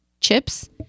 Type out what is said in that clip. chips